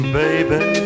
baby